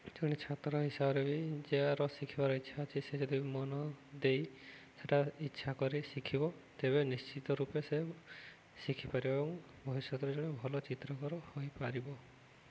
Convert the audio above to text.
ଜଣେ ଛାତ୍ର ହିସାବରେ ବି ଯାହାର ଶିଖିବାର ଇଚ୍ଛା ଅଛି ସେ ଯଦି ମନ ଦେଇ ସେଟା ଇଚ୍ଛା କରି ଶିଖିବ ତେବେ ନିଶ୍ଚିତ ରୂପେ ସେ ଶିଖିପାରିବ ଏବଂ ଭବିଷ୍ୟତରେ ଜଣେ ଭଲ ଚିତ୍ରକର ହୋଇପାରିବ